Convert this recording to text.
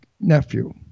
nephew